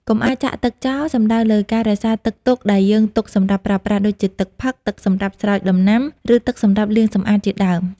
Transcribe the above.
កុំអាលចាក់ទឹកចោល សំដៅលើការរក្សាទឹកទុកដែលយើងទុកសម្រាប់ប្រើប្រាស់ ដូចជាទឹកផឹក ទឹកសម្រាប់ស្រោចដំណាំ ឬទឹកសម្រាប់លាងសម្អាតជាដើម។